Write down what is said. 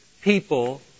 people